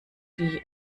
die